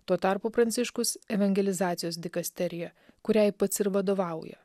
tuo tarpu pranciškus evangelizacijos dikasteriją kuriai pats ir vadovauja